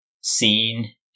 seen